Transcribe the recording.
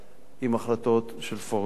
עם החלטות של פורום יותר רחב.